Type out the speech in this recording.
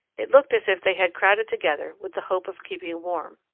it looked as if they had crowded together with the hope of keeping warm.